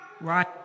right